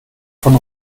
von